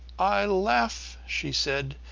i laugh, she said,